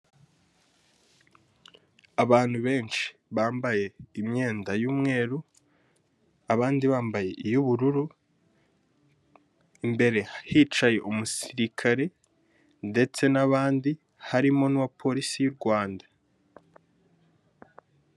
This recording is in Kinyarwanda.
Abantu benshi bambaye imyenda y'umweru abandi bambaye iy'ubururu, imbere hicaye umusirikare ndetse n'abandi harimo n'uwa polisi y'u Rwanda.